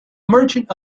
merchant